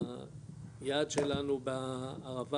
היעד שלנו בערבה